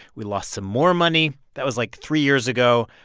we lost some more money. that was, like, three years ago.